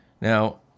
Now